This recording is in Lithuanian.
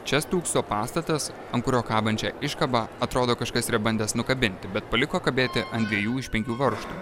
čia stūkso pastatas ant kurio kabančią iškabą atrodo kažkas yra bandęs nukabinti bet paliko kabėti ant dviejų iš penkių varžtų